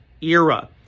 era